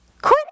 Quit